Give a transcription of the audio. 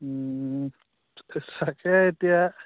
তাকে এতিয়া